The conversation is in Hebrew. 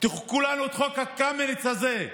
תחוקקו לנו את חוק קמיניץ הזה,